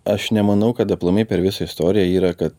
aš nemanau kad aplamai per visą istoriją yra kad